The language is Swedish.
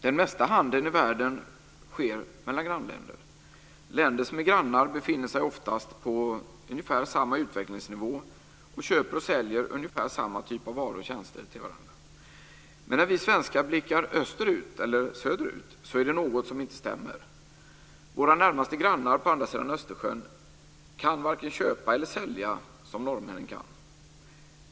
Den mesta handeln i världen sker mellan grannländer. Länder som är grannar befinner sig oftast på ungefär samma utvecklingsnivå och köper och säljer ungefär samma typ av varor och tjänster till varandra. Men när vi svenskar blickar österut eller söderut är det något som inte stämmer. Våra närmaste grannar på andra sidan Östersjön kan varken köpa eller sälja som norrmännen kan.